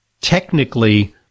technically